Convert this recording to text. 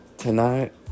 Tonight